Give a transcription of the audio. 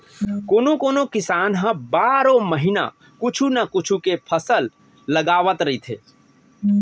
कोनो कोनो किसान ह बारो महिना कुछू न कुछू के फसल लगावत रहिथे